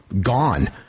gone